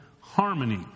harmony